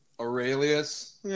Aurelius